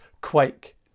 quake